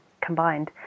combined